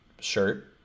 shirt